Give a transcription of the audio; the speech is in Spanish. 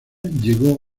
llegó